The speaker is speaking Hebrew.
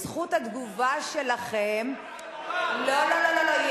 זכות התגובה שלכם, לא, לא, לא.